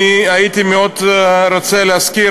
אני הייתי מאוד רוצה להזכיר,